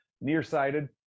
nearsighted